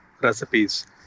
recipes